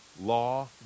law